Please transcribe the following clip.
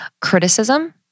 criticism